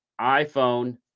iPhone